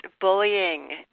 bullying